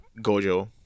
Gojo